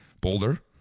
Boulder